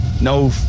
no